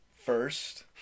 First